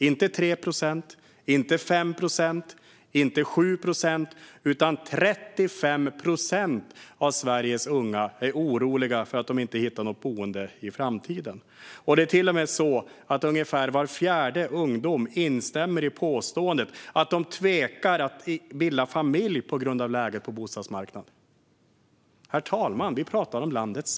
Inte 3 procent, inte 5 procent, inte 7 procent utan 35 procent av Sveriges unga är oroliga för att inte hitta något boende i framtiden. Det är till och med så att ungefär var fjärde ungdom instämmer i påståendet att man tvekar att bilda familj på grund av läget på bostadsmarknaden. Herr talman!